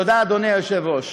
תודה, אדוני היושב-ראש.